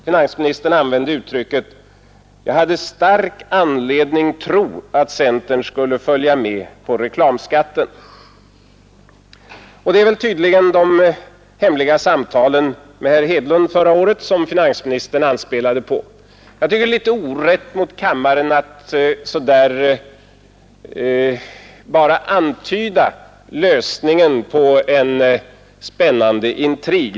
Finansministern använde uttrycket: Jag hade stark anledning tro att centern skulle följa med på reklamskatten. Det är tydligen de hemliga samtalen med herr Hedlund förra året som finansministern anspelade på. Jag tycker det är litet orätt mot kammaren att bara så där antyda lösningen på en spännande intrig.